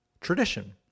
tradition